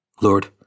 Lord